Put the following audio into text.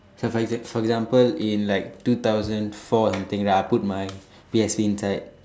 so for exa~ for example in like two thousand four and thing lah I put my P_S_P inside